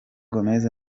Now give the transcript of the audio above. gómez